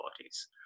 bodies